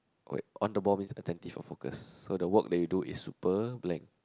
wait on the ball means attentive or focus so the work you do is super blank